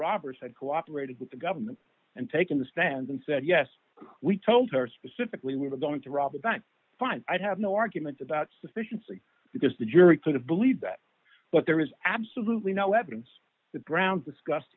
robbers had cooperated with the government and taken the stand and said yes we told her specifically we were going to rob a bank fine i'd have no argument about sufficiency because the jury could have believed that but there is absolutely no evidence the ground discuss